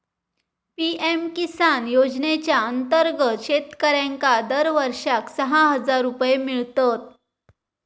PM Kisan योजनेच्या अंतर्गत शेतकऱ्यांका दरवर्षाक सहा हजार रुपये मिळतत